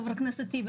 חבר הכנסת טיבי,